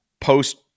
post